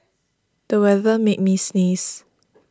the weather made me sneeze